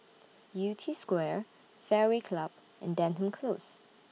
Yew Tee Square Fairway Club and Denham Close